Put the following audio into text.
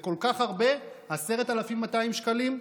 זה כל כך הרבה, 10,200 שקלים?